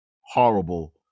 horrible